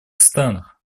странах